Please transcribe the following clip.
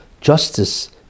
justice